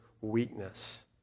Weakness